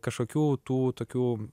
kažkokių tų tokių